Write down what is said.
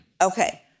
Okay